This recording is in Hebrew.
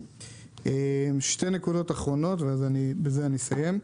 שתי נקודות אחרונות, ובזה אני אסיים.